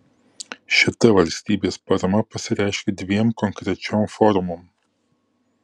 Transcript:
šita valstybės parama pasireiškia dviem konkrečiom formom